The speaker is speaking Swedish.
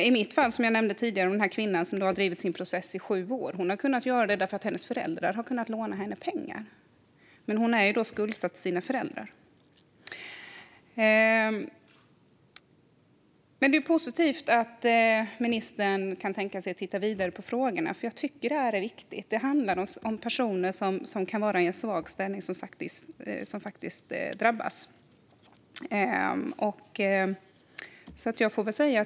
I det fall jag nämnde tidigare med den kvinna som har drivit sin process i sju år har hon kunnat göra detta därför att hennes föräldrar har kunnat låna henne pengar. Men hon är alltså skuldsatt till sina föräldrar. Det är positivt att ministern kan tänka sig att titta vidare på frågorna, för jag tycker att det här är viktigt. Det handlar om personer som kanske är i en svag ställning och som drabbas.